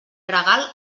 gregal